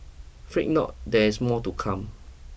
fretnot there is more to come